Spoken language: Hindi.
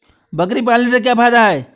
बकरी पालने से क्या फायदा है?